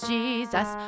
Jesus